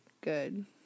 good